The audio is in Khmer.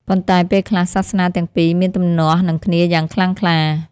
ប៉ុន្តែ ពេលខ្លះសាសនាទាំងពីរមានទំនាស់នឹងគ្នាយ៉ាងខ្លាំងក្លា។